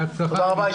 תודה רבה.